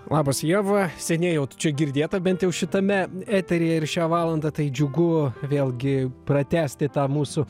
labas ieva seniai jau tu čia girdėta bent jau šitame eteryje ir šią valandą tai džiugu vėlgi pratęsti tą mūsų